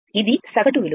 ఇది సగటు విలువ